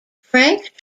frank